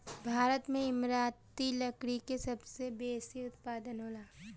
भारत में इमारती लकड़ी के सबसे बेसी उत्पादन होला